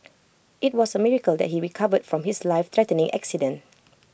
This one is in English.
IT was A miracle that he recovered from his life threatening accident